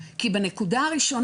וזה מתקשר דווקא לנקודה הראשונה,